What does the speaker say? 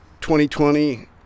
2020